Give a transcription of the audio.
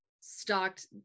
stocked